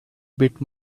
bit